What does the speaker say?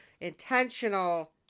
intentional